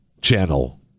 channel